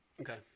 Okay